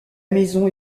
maison